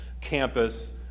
campus